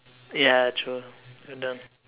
ya ya true done